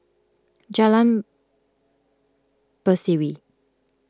Jalan Berseri